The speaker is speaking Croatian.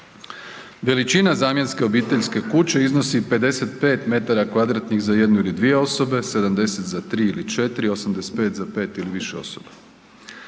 Veličina zamjenske obiteljske kuće iznosi 55m2 za jednu ili dvije osobe, 70 za 3 ili 4, 85 za 5 ili više osoba.